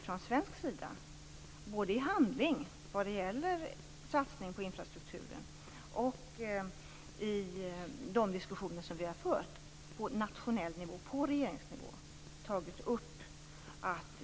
Från svensk sida har vi däremot både i handling vad gäller satsning på infrastrukturen och i de diskussioner vi har fört på nationell nivå och på regeringsnivå tagit upp detta.